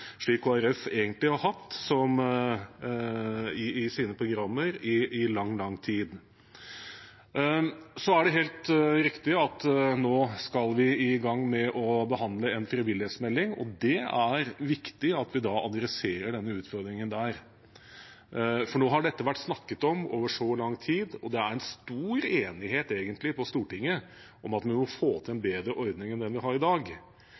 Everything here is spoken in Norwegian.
slik Kristelig Folkeparti har hatt i sine programmer i lang, lang tid. Det er helt riktig at vi nå skal i gang med å behandle en frivillighetsmelding, og det er viktig at vi tar tak i denne utfordringen der. Nå har dette vært snakket om i så lang tid, og det er egentlig stor enighet på Stortinget om at vi må få til en bedre ordning enn det vi har i dag.